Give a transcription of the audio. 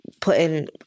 putting